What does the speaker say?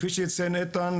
כפי שציין איתן,